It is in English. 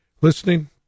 listening